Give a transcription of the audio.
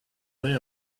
day